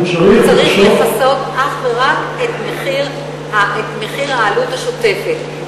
הוא צריך לכסות אך ורק את מחיר העלות השוטפת,